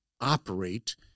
operate